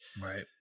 Right